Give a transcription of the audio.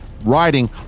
riding